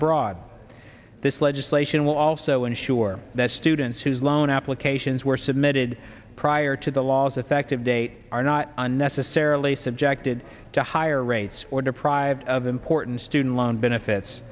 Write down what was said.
abroad this legislation will also ensure that students whose loan applications were submitted prior to the law's effective date are not unnecessarily subjected to higher rates or deprived of important student loan benefits